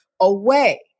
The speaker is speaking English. away